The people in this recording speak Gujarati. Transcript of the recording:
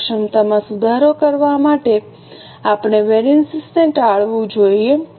કાર્યક્ષમતામાં સુધારો કરવા માટે આપણે વેરિએન્સીસને ટાળવું જોઈએ